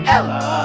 Ella